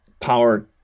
power